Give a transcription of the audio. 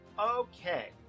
Okay